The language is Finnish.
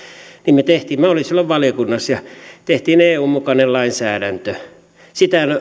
me teimme minä olin silloin valiokunnassa eun mukaisen lainsäädännön sitä